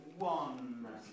one